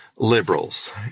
liberals